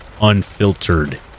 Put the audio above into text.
unfiltered